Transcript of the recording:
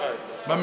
ואת שר האוצר,